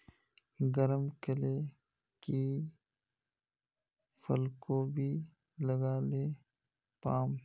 गरम कले की फूलकोबी लगाले पाम?